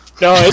No